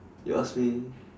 you ask me